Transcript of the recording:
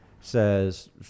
says